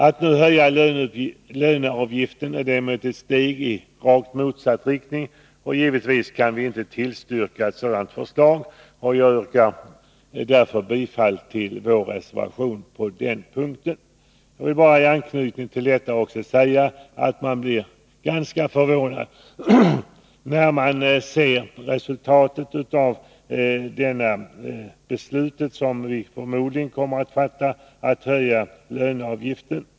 Att nu höja löneavgiften är däremot ett steg i rakt motsatt riktning, och givetvis kan vi inte tillstyrka ett sådant förslag. Jag yrkar därför bifall till vår reservation på den punkten. Låt mig bara framhålla, med anknytning till vad jag tidigare sagt, att man blir ganska förvånad när man ser vilket resultat beslutet om att höja löneavgiften, som vi förmodligen kommer att fatta, kommer att få.